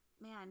man